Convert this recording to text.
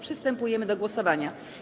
Przystępujemy do głosowania.